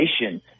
nation